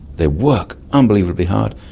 they work unbelievably hard,